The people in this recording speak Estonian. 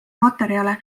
materjale